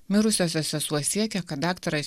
mirusiosios sesuo siekė kad daktaras